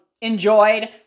enjoyed